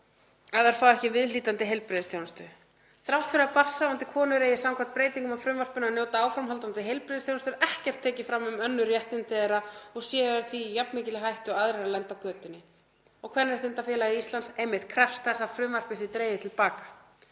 ef þær fá ekki viðhlítandi heilbrigðisþjónustu. Þrátt fyrir að barnshafandi konur eigi samkvæmt breytingum á frumvarpinu að njóta áframhaldandi heilbrigðisþjónustu sé ekkert tekið fram um önnur réttindi þeirra og þær séu því í jafn mikilli hættu og aðrar að lenda á götunni. Kvenréttindafélag Íslands krefst þess að frumvarpið sé dregið til baka.